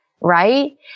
right